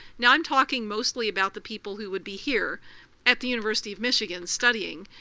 now i'm talking mostly about the people who would be here at the university of michigan studying.